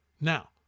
Now